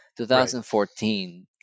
2014